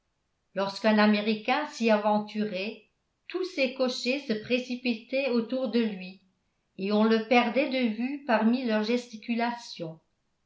lorsqu'un américain s'y aventurait tous ces cochers se précipitaient autour de lui et on le perdait de vue parmi leurs gesticulations